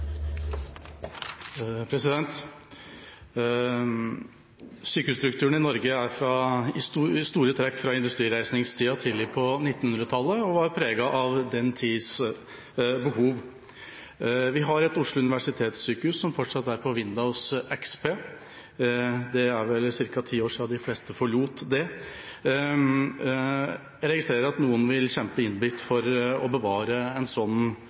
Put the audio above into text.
i store trekk fra industrireisningstida tidlig på 1900-tallet og er preget av den tidas behov. Vi har et Oslo universitetssykehus som fortsatt er på Windows XP. Det er vel ca. ti år siden de fleste forlot det. Jeg registrerer at noen vil kjempe innbitt for å bevare en